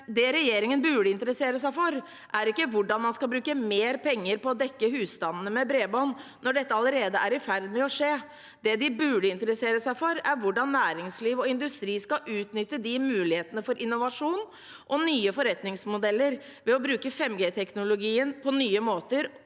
Det regjeringen burde interessere seg for, er ikke hvordan man skal bruke mer penger på å dekke husstandene med bredbånd når dette allerede er i ferd med å skje. Det de burde interessere seg for, er hvordan næringsliv og industri skal utnytte mulighetene for innovasjon og nye forretningsmodeller ved å bruke 5G-teknologien på nye måter